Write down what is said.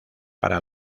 para